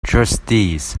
trustees